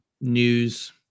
news